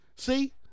See